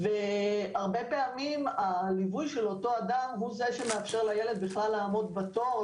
הרבה פעמים הליווי של אותו אדם הוא זה שמאפשר לילד בכלל לעמוד בתור,